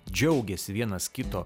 džiaugiasi vienas kito